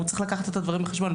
הוא צריך לקחת את הדברים בחשבון.